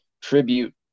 tribute